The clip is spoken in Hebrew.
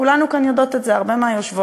כולנו כאן יודעות את זה, הרבה מהיושבות.